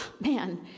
man